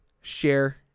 share